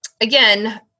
again